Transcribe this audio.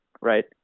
right